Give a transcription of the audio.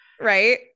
Right